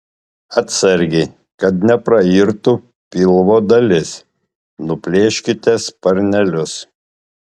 atsargiai kad neprairtų pilvo dalis nuplėškite sparnelius